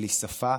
בלי שפה,